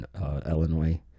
Illinois